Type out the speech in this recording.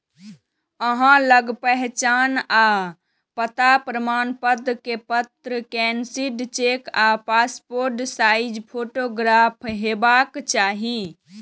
अहां लग पहचान आ पता प्रमाणपत्र, कैंसिल्ड चेक आ पासपोर्ट साइज फोटोग्राफ हेबाक चाही